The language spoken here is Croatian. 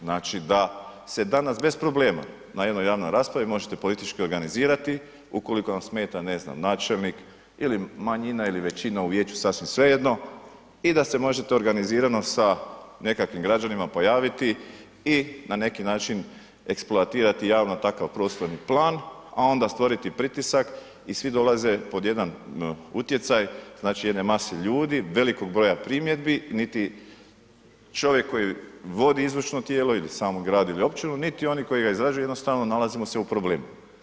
Znači, da se danas bez problema na jednoj javnoj raspravi možete politički organizirati, ukoliko vam smeta, ne znam, načelnik ili manjina ili većina u vijeću, sasvim svejedno i da se možete organizirano sa nekakvim građanima pojaviti i na neki način eksploatirati javno takav prostorni plan, a onda stvoriti pritisak i svi dolaze pod jedan utjecaj, znači, jedne mase ljudi, velikog broja primjedbi, niti čovjek koji vodi izvršno tijelo ili samo grad ili općinu, niti oni koji ga izrađuju, jednostavno nalazimo se u problemu.